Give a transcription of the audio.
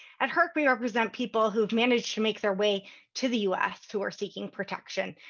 at hirc, we represent people who have managed to make their way to the us who are seeking protection.